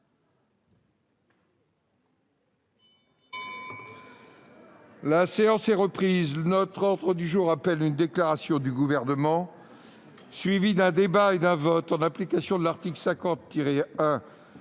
La séance est reprise. L'ordre du jour appelle une déclaration du Gouvernement, suivie d'un débat et d'un vote, en application de l'article 50-1